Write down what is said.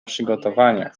przygotowaniach